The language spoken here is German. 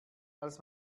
als